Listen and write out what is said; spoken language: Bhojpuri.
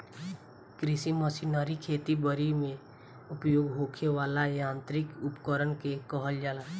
कृषि मशीनरी खेती बरी में उपयोग होखे वाला यांत्रिक उपकरण के कहल जाला